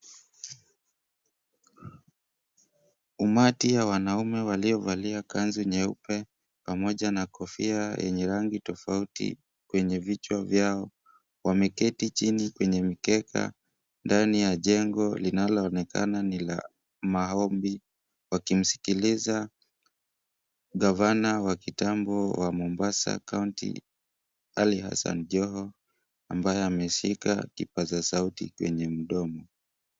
Umati ya wanaume waliovalia kanzu nyeupe pamoja na kofia yenye rangi tofauti kwenye vichwa vyao, wameketi chini kwenye mikeka ndani ya jengo linaloonekana ni la maombi wakimsikiliza Gavana wa kitambo wa Mombasa County , Ali Hassan Joho, ambaye amehusika kipaza sauti kwenye mdomo.